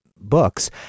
books